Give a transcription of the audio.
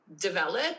develop